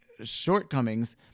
shortcomings